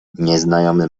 nieznajomy